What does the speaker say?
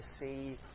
see